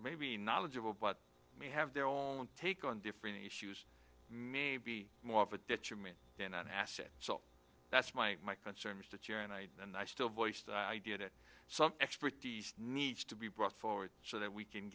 maybe knowledgeable but may have their own take on different issues may be more of a detriment in an asset so that's my concern is that you and i and i still voice the idea that some expertise needs to be brought forward so that we can